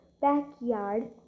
backyard